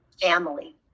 family